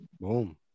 Boom